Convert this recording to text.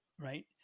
Right